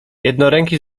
jednoręki